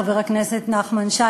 חבר הכנסת נחמן שי,